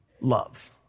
love